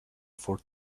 for